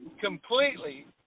completely